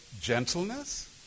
gentleness